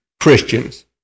Christians